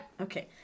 Okay